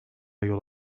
yol